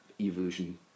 evolution